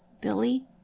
Billy